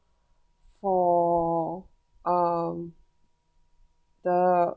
for um the